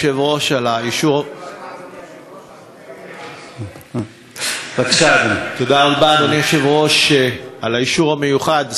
תודה רבה, אדוני היושב-ראש, על האישור המיוחד.